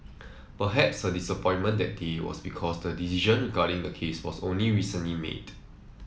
perhaps her disappointment that day was because the decision regarding the case was only recently made